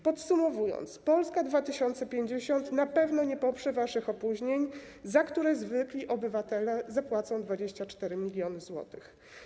Podsumowując, Polska 2050 na pewno nie poprze waszych opóźnień, za które zwykli obywatele zapłacą 24 mln zł.